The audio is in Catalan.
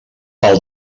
pel